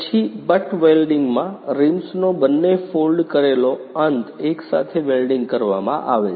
પછી બટ્ટ વેલ્ડીંગમાં રિમ્સનો બંને ફોલ્ડ કરેલો અંત એકસાથે વેલ્ડિંગ કરવામાં આવે છે